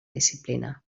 disciplina